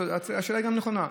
השאלה נכונה.